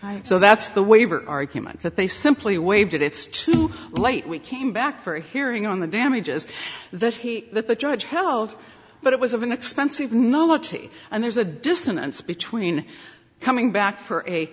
issues so that's the waiver argument that they simply waived it it's too late we came back for a hearing on the damages that the judge held but it was an expensive know laci and there's a dissonance between coming back for a